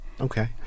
Okay